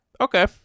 Okay